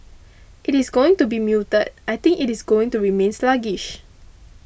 it is going to be muted I think it is going to remain sluggish